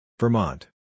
Vermont